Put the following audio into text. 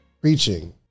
preaching